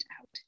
out